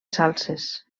salses